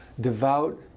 devout